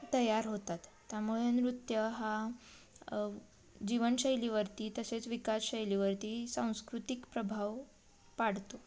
तयार होतात त्यामुळे नृत्य हा जीवनशैलीवरती तसेच विकास शैलीवरती सांस्कृतिक प्रभाव पाडतो